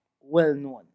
Well-known